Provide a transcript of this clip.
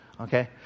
Okay